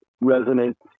resonance